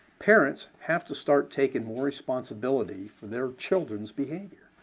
parents have to start taking more responsibility for their children's behavior.